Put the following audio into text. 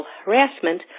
harassment